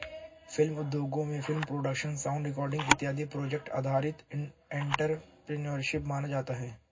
film उद्योगों में film production sound recording इत्यादि प्रोजेक्ट आधारित एंटरप्रेन्योरशिप माना जाता है